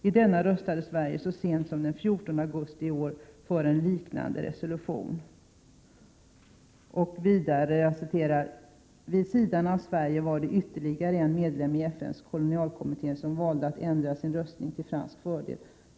I denna röstade Sverige så sent som den 14 augusti i år för en liknande resolution.” Vidare skriver han: ”Vid sidan av Sverige var det ytterligare en medlem i FN:s s.k. kolonialkommitté som valde att ändra sin röstning till fransk fördel.